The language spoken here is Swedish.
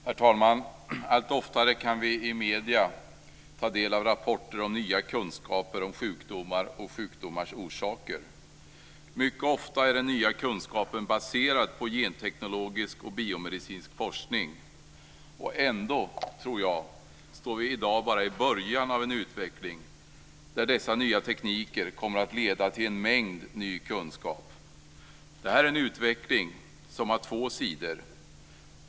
Herr talman! Allt oftare kan vi i medierna ta del av rapporter om nya kunskaper om sjukdomar och sjukdomars orsaker. Mycket ofta är den nya kunskapen baserad på genteknologisk och biomedicinsk forskning. Ändå tror jag att vi i dag bara står i början av en utveckling där dessa nya tekniker kommer att leda till en mängd ny kunskap. Det här är en utveckling som har två sidor.